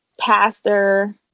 pastor